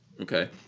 okay